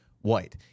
white